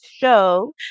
show